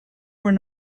were